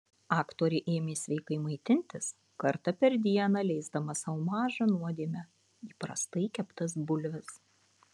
aktorė ėmė sveikai maitintis kartą per dieną leisdama sau mažą nuodėmę įprastai keptas bulves